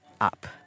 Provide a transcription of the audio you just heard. up